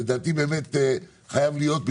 זה באמת חייב להיות,